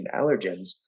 allergens